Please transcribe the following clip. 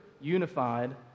unified